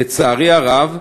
לצערי הרב,